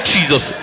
Jesus